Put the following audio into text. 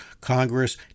Congress